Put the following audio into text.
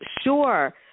Sure